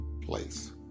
place